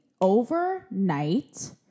overnight